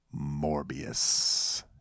Morbius